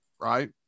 right